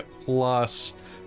plus